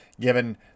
given